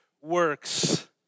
works